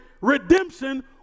redemption